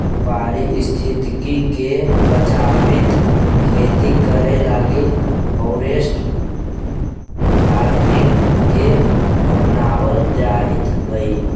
पारिस्थितिकी के बचाबित खेती करे लागी फॉरेस्ट फार्मिंग के अपनाबल जाइत हई